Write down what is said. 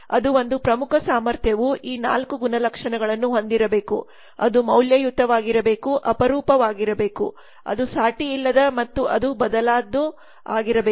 ಅದು ಒಂದು ಪ್ರಮುಖ ಸಾಮರ್ಥ್ಯವು ಈ 4 ಗುಣಲಕ್ಷಣಗಳನ್ನು ಹೊಂದಿರಬೇಕು ಅದು ಮೌಲ್ಯಯುತವಾಗಿರಬೇಕು ಅಪರೂಪವಾಗಿರಬೇಕು ಅದು ಸಾಟಿಯಿಲ್ಲದ ಮತ್ತು ಅದು ಬದಲಾಗದ್ದು ಆಗಿರಬೇಕು